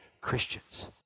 Christians